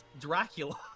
Dracula